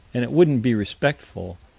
and it wouldn't be respectful